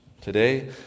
Today